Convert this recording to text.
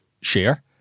share